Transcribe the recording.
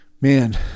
Man